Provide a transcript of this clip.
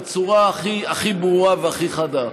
בצורה הכי הכי ברורה והכי חדה: